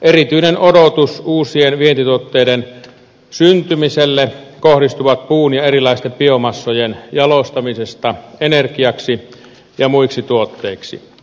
erityinen odotus uusien vientituotteiden syntymisestä kohdistuu puun ja erilaisten biomassojen jalostamiseen energiaksi ja muiksi tuotteiksi